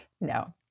no